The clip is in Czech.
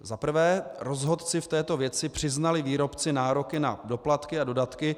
Za prvé, rozhodci v této věci přiznali výrobci nároky na doplatky a dodatky.